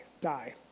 die